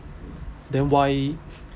then why